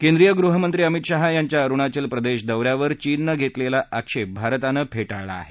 केंद्रीय गृहमंत्री अमित शाह यांच्या अरुणाचल प्रदेशदौऱ्यावर चीननं घेतलेल्या आक्षेप भारतानं फेटाळला आहे